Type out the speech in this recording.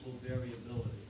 variability